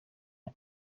ari